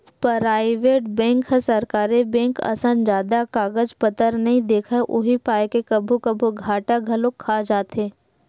private bank ह सरकारी bank असन जादा कागज पतर नइ देखय उही पाय के कभू कभू घाटा घलोक खा जाथे